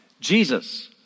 Jesus